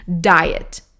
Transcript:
diet